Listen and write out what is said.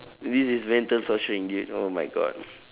this is mental torturing dude oh my god